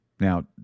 Now